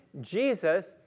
Jesus